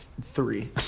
three